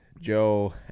Joe